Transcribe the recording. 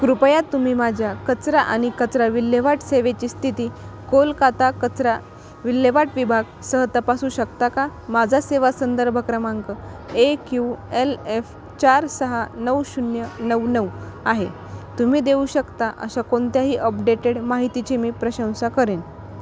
कृपया तुम्ही माझ्या कचरा आणि कचरा विल्हेवाट सेवेची स्थिती कोलकाता कचरा विल्हेवाट विभागसह तपासू शकता का माझा सेवा संदर्भ क्रमांक ए क्यू एल एफ चार सहा नऊ शून्य नऊ नऊ आहे तुम्ही देऊ शकता अशा कोणत्याही अपडेटेड माहितीची मी प्रशंसा करेन